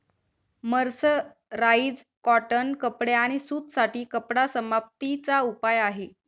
mercerise cotton कपडे आणि सूत साठी कपडा समाप्ती चा उपाय आहे